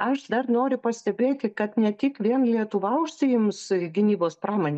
aš dar noriu pastebėti kad ne tik vien lietuva užsiims gynybos pramone